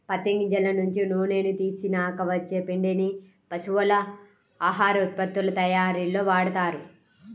పత్తి గింజల నుంచి నూనెని తీసినాక వచ్చే పిండిని పశువుల ఆహార ఉత్పత్తుల తయ్యారీలో వాడతారు